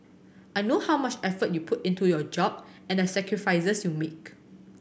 I know how much effort you put into your job and the sacrifices you make